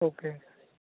okay